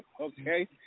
Okay